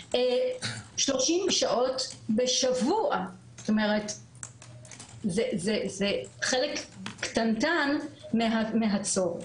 30 שעות בשבוע זה חלק קטנטן מהצורך.